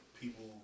people